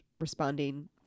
responding